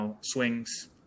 swings